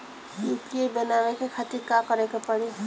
UPI बनावे के खातिर का करे के पड़ी?